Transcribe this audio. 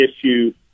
issue